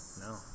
No